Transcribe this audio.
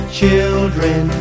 children